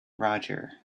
roger